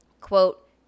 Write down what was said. Quote